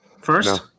first